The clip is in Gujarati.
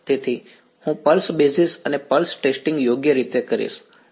તેથી હું પલ્સ બેઝિસ અને પલ્સ ટેસ્ટીંગ યોગ્ય રીતે કરીશ